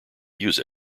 use